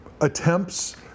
attempts